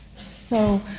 so,